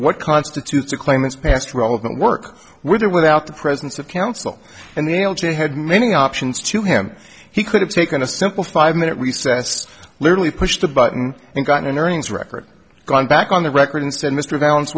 what constitutes a claimant's past relevant work with or without the presence of counsel and the l j had many options to him he could have taken a simple five minute recess literally pushed the button and gotten an earnings record gone back on the record and said mr